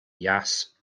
yass